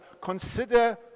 Consider